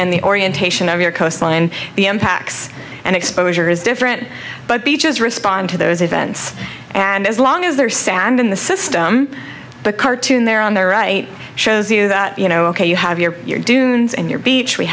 and the orientation of your coastline and the impacts and exposure is different but beaches respond to those events and as long as there are sand in the system the cartoon there on the right shows you that you know ok you have your dunes and your beach we